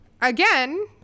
again